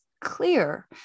clear